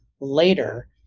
later